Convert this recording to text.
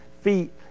feet